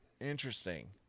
Interesting